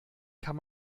kann